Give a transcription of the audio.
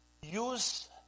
use